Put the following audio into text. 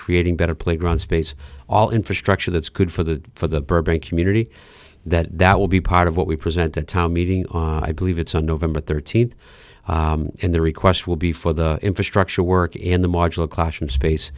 creating better playground space all infrastructure that's good for the for the burbank community that that will be part of what we present the town meeting i believe it's on november thirteenth and their request will be for the infrastructure work in the marginal clashing